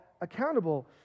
accountable